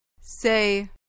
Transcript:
Say